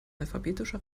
alphabetischer